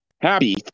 Happy